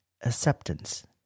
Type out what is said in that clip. acceptance